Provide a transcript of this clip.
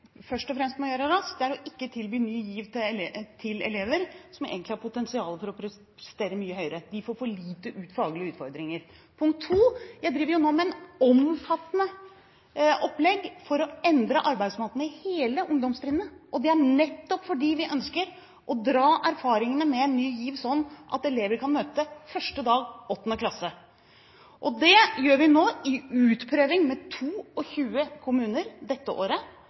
først og fremst må gjøre raskt, er å ikke tilby Ny GIV til elever som egentlig har potensial til å prestere mye høyere. De får for lite faglige utfordringer. Punkt 2: Jeg driver nå med et omfattende opplegg for å endre arbeidsmåtene på hele ungdomstrinnet, og det er nettopp fordi vi ønsker å dra erfaringene med Ny GI,V sånn at elever kan møte første dag, 8. klasse. Det gjør vi nå i utprøving med 22 kommuner dette året,